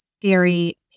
scary